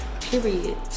Period